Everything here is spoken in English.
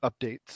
updates